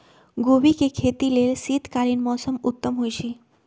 गोभी के खेती लेल शीतकालीन मौसम उत्तम होइ छइ